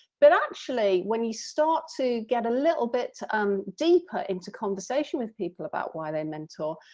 but actually when you start to get a little bit um deeper into conversation with people about why they mentor,